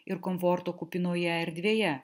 ir komforto kupinoje erdvėje